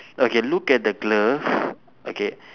okay look at the glove okay